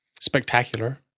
spectacular